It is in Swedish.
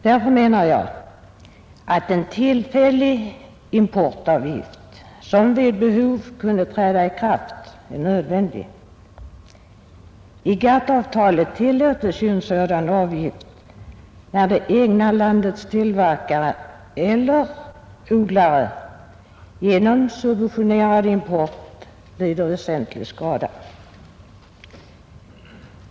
Därför menar jag att en tillfällig importavgift som vid behov kunde träda i kraft är nödvändig. I GATT-avtalet tillåts en sådan avgift, när det egna landets tillverkare eller odlare genom subventionerad import lider väsentlig skada.